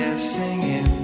singing